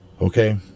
Okay